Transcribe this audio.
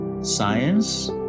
science